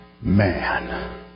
man